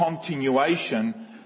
continuation